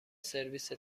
سرویس